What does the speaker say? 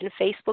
Facebook